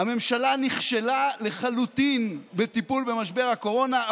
הממשלה נכשלה לחלוטין בטיפול במשבר הקורונה,